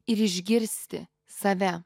ir išgirsti save